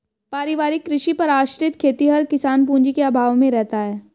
पारिवारिक कृषि पर आश्रित खेतिहर किसान पूँजी के अभाव में रहता है